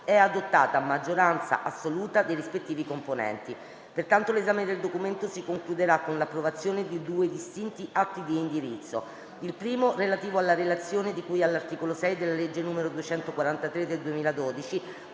è adottata a maggioranza assoluta dei rispettivi componenti. Pertanto, l'esame del documento si concluderà con l'approvazione di due distinti atti di indirizzo: il primo, relativo alla relazione di cui all'articolo 6 della legge n. 243 del 2012,